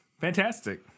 Fantastic